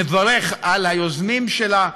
ומברך את היוזמים שלך.